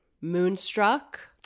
Moonstruck